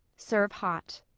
serve hot.